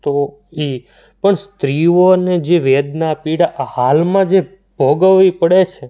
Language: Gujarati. તો એ પણ સ્ત્રીઓની જે વેદના પીડા હાલમાં જે ભોગવવી પડે છે